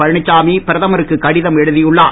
பழனிச்சாமி பிரதமருக்கு கடிதம் எழுதியுள்ளார்